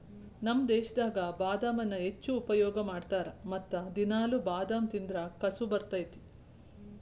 ನಮ್ಮ ದೇಶದಾಗ ಬಾದಾಮನ್ನಾ ಹೆಚ್ಚು ಉಪಯೋಗ ಮಾಡತಾರ ಮತ್ತ ದಿನಾಲು ಬಾದಾಮ ತಿಂದ್ರ ಕಸು ಬರ್ತೈತಿ